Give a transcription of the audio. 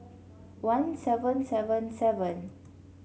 one seven seven seven